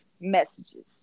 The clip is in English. messages